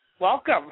Welcome